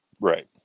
Right